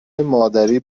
مادری